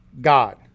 God